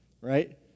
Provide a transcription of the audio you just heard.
right